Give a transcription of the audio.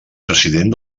president